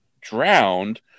drowned